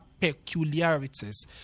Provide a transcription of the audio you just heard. peculiarities